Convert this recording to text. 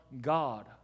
God